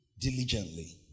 Diligently